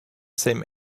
same